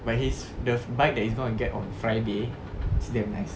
but he's the bike that he's gonna get on friday is damn nice